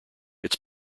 its